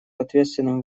ответственным